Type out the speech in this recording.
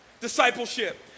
Discipleship